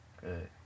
good